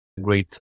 great